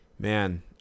Man